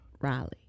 Riley